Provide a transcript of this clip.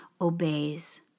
obeys